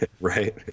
right